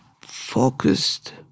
focused